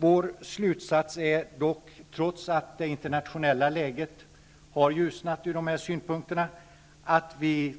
Vår slutsats är dock att vi